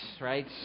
right